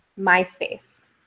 MySpace